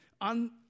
on